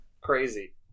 crazy